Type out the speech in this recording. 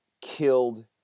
killed